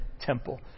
temple